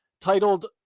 titled